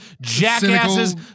jackasses